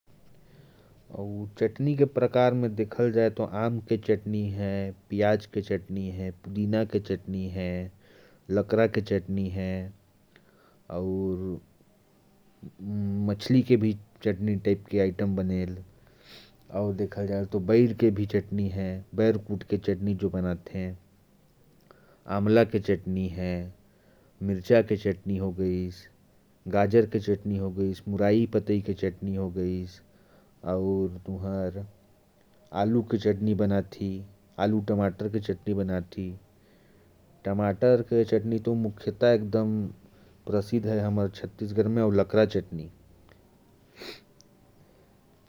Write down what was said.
चटनी के देखे जाए तो आम चटनी, पुदीना चटनी, लकड़ा चटनी, टमाटर चटनी, बैर चटनी, अमला चटनी, मिर्ची चटनी, मछली चटनी, मुरई के चटनी, आलू-टमाटर के चटनी होती हैं। टमाटर की चटनी तो बहुत मशहूर है। लकड़ा चटनी हमारे यहाँ बहुत मशहूर है।